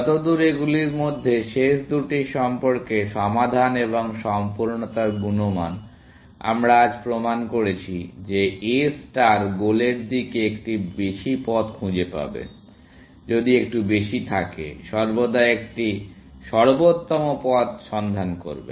যতদূর এগুলির মধ্যে শেষ দুটি সম্পর্কে সমাধান এবং সম্পূর্ণতার গুণমান আমরা আজ প্রমাণ করেছি যে A ষ্টার গোলের দিকে একটি পথ খুঁজে পাবে যদি একটু বেশি থাকে সর্বদা একটি সর্বোত্তম পথ সন্ধান করবে